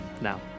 now